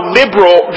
liberal